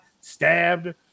stabbed